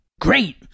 great